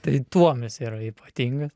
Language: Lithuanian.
tai tuom jis yra ypatingas